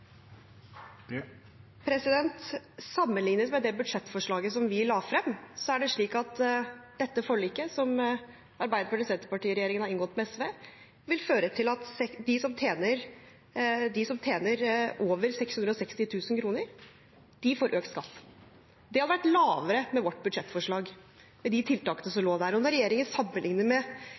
med det budsjettforslaget som vi la frem, er det slik at dette forliket som Arbeiderparti–Senterparti-regjeringen har inngått med SV, vil føre til at de som tjener over 660 000 kr, får økt skatt. Det hadde vært lavere med vårt budsjettforslag, med de tiltakene som lå der. Når regjeringen